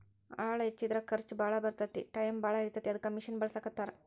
ಆಳ ಹಚ್ಚಿದರ ಖರ್ಚ ಬಾಳ ಬರತತಿ ಟಾಯಮು ಬಾಳ ಹಿಡಿತತಿ ಅದಕ್ಕ ಮಿಷನ್ ಬಳಸಾಕತ್ತಾರ